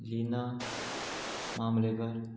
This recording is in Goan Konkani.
जिना मामलेगर